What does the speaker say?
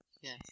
Yes